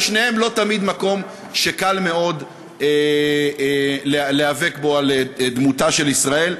ושניהם לא תמיד מקום שקל מאוד להיאבק בו על דמותה של ישראל.